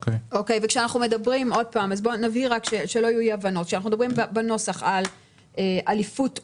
כשאנחנו מדברים בנוסח על אליפות עולם,